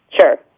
Sure